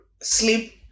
sleep